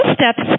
steps